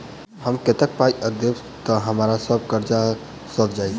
हम कतेक पाई आ दऽ देब तऽ हम्मर सब कर्जा सैध जाइत?